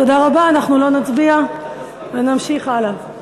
תודה רבה, אנחנו לא נצביע ונמשיך הלאה.